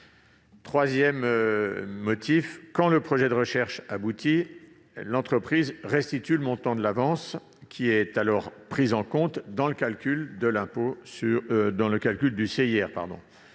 Troisièmement, quand le projet de recherche aboutit, l'entreprise restitue le montant de l'avance, qui est alors prise en compte dans le calcul du